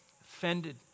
offended